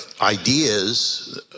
ideas